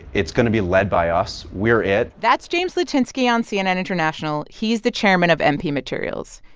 it's going to be led by us we're it that's james litinsky on cnn international. he's the chairman of mp materials.